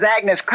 Agnes